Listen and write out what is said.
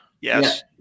Yes